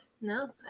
No